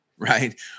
Right